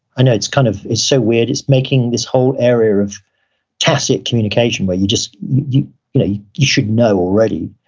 i know, it's kind of it's so weird. it's making this whole area of tacit communication, where you just, you you know you should know already.